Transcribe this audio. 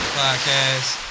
podcast